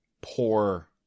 poor